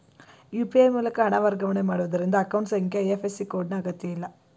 UPI ಮೂಲಕ ಹಣ ವರ್ಗಾವಣೆ ಮಾಡುವುದರಿಂದ ಅಕೌಂಟ್ ಸಂಖ್ಯೆ ಐ.ಎಫ್.ಸಿ ಕೋಡ್ ನ ಅಗತ್ಯಇಲ್ಲ